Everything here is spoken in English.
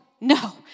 No